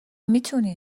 میتونی